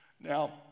Now